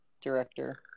director